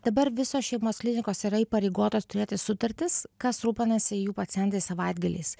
dabar visos šeimos klinikos yra įpareigotos turėti sutartis kas rūpinasi jų pacientais savaitgaliais